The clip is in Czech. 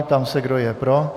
Ptám se, kdo je pro.